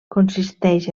consisteix